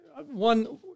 One